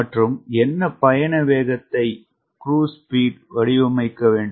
மற்றும் என்ன பயண வேகத்தை வடிவமைக்க வேண்டும்